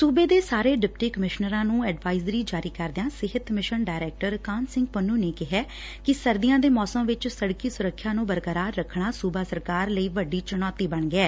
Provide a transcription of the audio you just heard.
ਸੁਬੇ ਦੇ ਸਾਰੇ ਡਿਪਟੀ ਕਮਿਸ਼ਨਰਾਂ ਨੂੰ ਅਡਵਾਇਜ਼ਰੀ ਜਾਰੀ ਕਰਦਿਆਂ ਸਿਹਤ ਮਿਸ਼ਨ ਡਾਇਰੈਕਟਰ ਕਾਹਨ ਸੰਘ ਪੰਨੂ ਨੇ ਕਿਹਾ ਕਿ ਸਰਦੀਆਂ ਦੇ ਮੌਸਮ ਵਿਚ ਸੜਕੀ ਸੁਰੱਖਿਆ ਨੂੰ ਬਰਕਰਾਰ ਰੱਖਣਾ ਸੁਬਾ ਸਰਕਾਰ ਲਈ ਵੱਡੀ ਚੁਣੌਤੀ ਬਣ ਗਿਐ